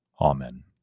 Amen